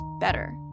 better